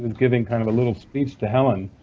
giving kind of a little speech to helen.